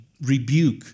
rebuke